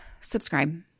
subscribe